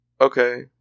Okay